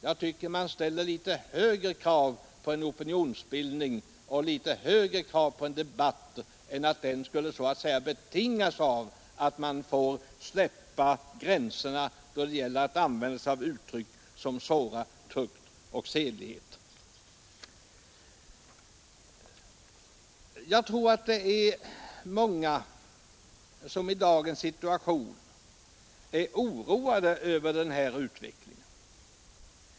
Vi ställer väl något högre krav på en opinionsbildning och på en debatt än att den skulle så att säga betingas av att gränserna förskjutits när det gäller användningen av uttryck som sårar tukt och sedlighet. Jag tror att många människor i dag är oroade över den här utvecklingen.